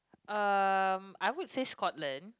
um I would say Scotland